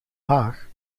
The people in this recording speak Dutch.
haag